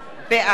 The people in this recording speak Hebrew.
בעד